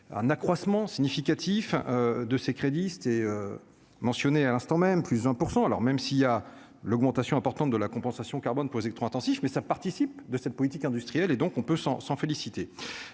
un accroissement significatif de ces crédits c'était mentionné à l'instant même plus 1 % alors même s'il y a l'augmentation importante de la compensation carbone poser trop intensif mais ça participe de cette politique industrielle et donc on peut s'en s'en féliciter,